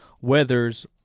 weathers